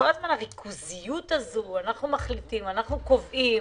הריכוזיות הזו, אנחנו מחליטים, אנחנו קובעים,